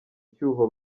cyuho